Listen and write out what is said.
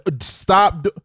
Stop